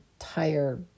entire